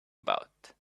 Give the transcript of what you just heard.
about